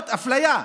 אפליה,